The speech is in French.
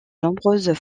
nombreuses